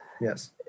Yes